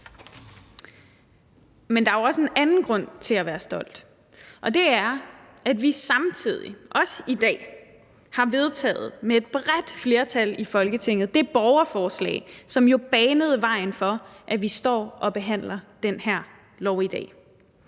Men der er jo også en anden grund til at være stolt, og det er, at vi i dag med et bredt flertal i Folketinget samtidig også har vedtaget det borgerforslag, som jo banede vejen for, at vi står og behandler den her lov i dag.